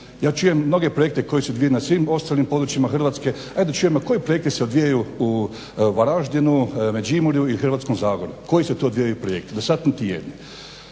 Ja čujem mnoge projekte koji su bili na svim ostalim područjima Hrvatske. Hajde da čujemo koji se projekti odvijaju u Varaždinu, Međimurju i Hrvatskom zagorju. Koji se to dijele projekti? Do sad niti jedni.